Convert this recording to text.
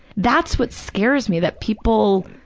that's what scares me, that people,